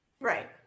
Right